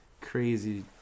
crazy